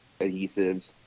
adhesives